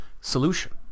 solution